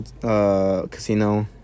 casino